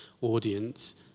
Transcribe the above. audience